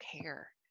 care